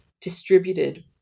distributed